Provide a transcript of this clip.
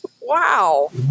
Wow